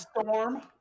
Storm